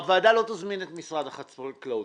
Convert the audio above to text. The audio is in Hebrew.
הוועדה לא תזמין את משרד החקלאות.